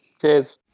Cheers